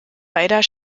beider